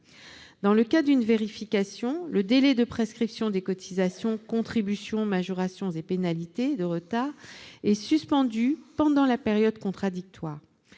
Dans le cas d'une vérification, le délai de prescription des cotisations, contributions, majorations et pénalités de retard est suspendu pendant la période contradictoire.